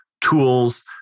tools